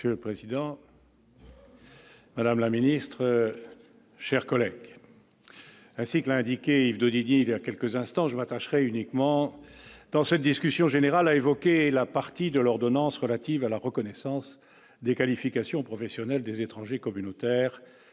minutes. Le président. Madame la ministre, chers collègues, ainsi que l'indiquait Yves de Didier il y a quelques instants, je m'attacherai uniquement dans cette discussion générale a évoqué la partie de l'ordonnance relative à la reconnaissance des qualifications professionnelles des étrangers communautaires